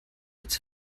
its